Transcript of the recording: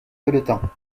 felletin